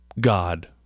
God